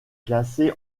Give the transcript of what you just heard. classé